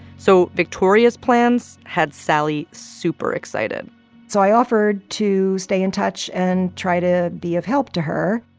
so victoria's plans had sally super excited so i offered to stay in touch and try to be of help to her.